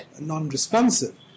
non-responsive